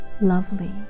lovely